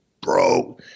bro